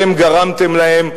אתם גרמתם להם,